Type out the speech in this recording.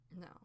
No